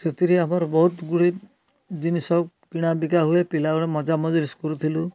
ସେଥିରେ ଆମର ବହୁତ ଗୁଡ଼େ ଜିନିଷ କିଣା ବିକା ହୁଏ ପିଲାବେଳେ ମଜାମଜଲିସ୍ କରୁଥିଲୁ